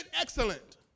excellent